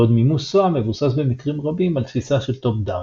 בעוד מימוש SOA מבוסס במקרים רבים על תפיסה של Top-Down,